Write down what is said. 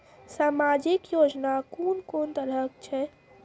समाजिक योजना कून कून तरहक छै?